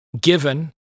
given